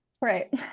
Right